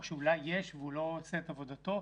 או שאולי יש והוא לא עושה את עבודתו,